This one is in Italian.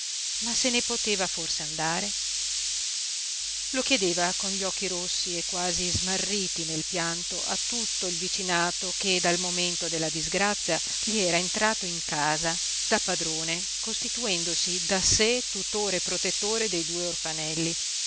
ma se ne poteva forse andare lo chiedeva con gli occhi rossi e quasi smarriti nel pianto a tutto il vicinato che dal momento della disgrazia gli era entrato in casa da padrone costituendosi da sé tutore e protettore de due orfanelli